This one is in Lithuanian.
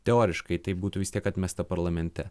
teoriškai tai būtų vis tiek atmesta parlamente